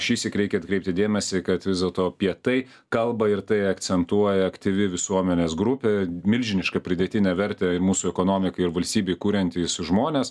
šįsyk reikia atkreipti dėmesį kad vis dėlto apie tai kalba ir tai akcentuoja aktyvi visuomenės grupė milžinišką pridėtinę vertę ir mūsų ekonomikai ir valstybei kuriantys žmonės